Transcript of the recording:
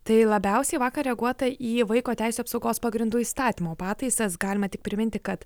tai labiausiai vakar reaguota į vaiko teisių apsaugos pagrindų įstatymo pataisas galima tik priminti kad